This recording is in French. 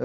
à